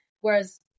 whereas